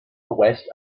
west